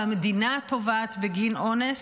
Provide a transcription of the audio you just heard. והמדינה תובעת בגין אונס,